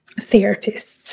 therapists